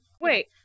Wait